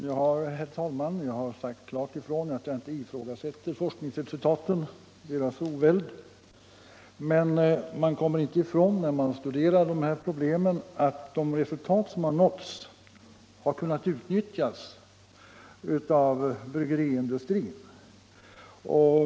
Herr talman! Jag har sagt klart ifrån att jag inte ifrågasätter forskningsresultaten, men när man studerar dessa problem kommer man inte ifrån att de resultat som nåtts har kunnat utnyttjas av bryggeriindustrin.